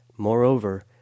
Moreover